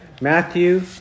Matthew